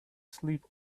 sleep